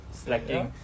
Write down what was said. slacking